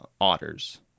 otters